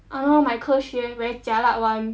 !hannor! my 科学 very jialat [one]